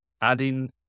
adding